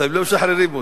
אתם לא משחררים אותו.